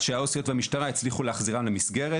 שהעו"סיות והמשטרה הצליחו להחזירם למסגרת.